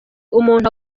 umuntu